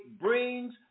brings